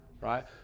right